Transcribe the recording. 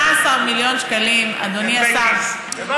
18 מיליון שקלים, אדוני השר, זה דמי כיס.